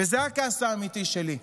וזה הכעס האמיתי שלי.